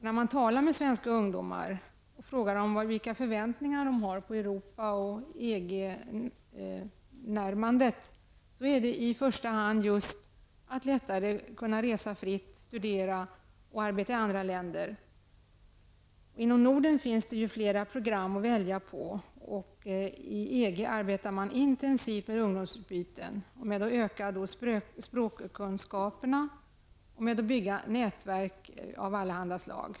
När man frågar svenska ungdomar vilka förväntningar de har på ett närmande till Europa och EG är det i första hand just att de lättare skall kunna resa fritt, studera och arbeta i andra länder. Inom Norden finns det flera program att välja på och inom EG arbetar man intensivt med ungdomsutbyten, med att öka språkkunskaperna och med att bygga nätverk av allehanda slag.